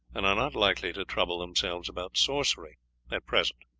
and are not likely to trouble themselves about sorcery at present.